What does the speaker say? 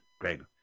Greg